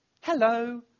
hello